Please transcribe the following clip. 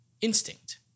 instinct